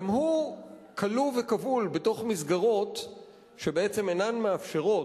גם הוא כלוא וכבול בתוך מסגרות שבעצם אינן מאפשרות,